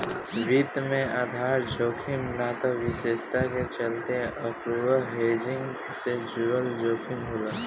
वित्त में आधार जोखिम ना त विशेषता के चलते अपूर्ण हेजिंग से जुड़ल जोखिम होला